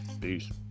peace